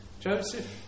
Joseph